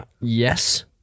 Yes